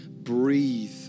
breathe